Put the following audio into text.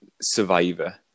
survivor